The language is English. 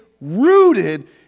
rooted